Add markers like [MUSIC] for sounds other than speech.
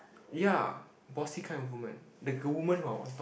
ya bossy kind of woman the [NOISE] woman who're on top